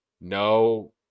no